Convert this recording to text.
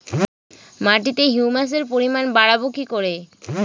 মাটিতে হিউমাসের পরিমাণ বারবো কি করে?